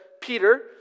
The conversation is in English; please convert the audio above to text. Peter